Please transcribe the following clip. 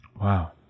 wow